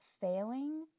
failing